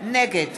נגד